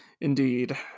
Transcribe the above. Indeed